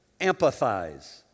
empathize